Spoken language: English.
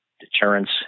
deterrence